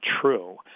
true